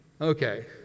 Okay